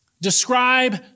Describe